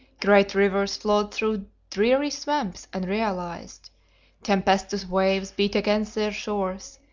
great rivers flowed through dreary swamps unrealised, tempestuous waves beat against their shores,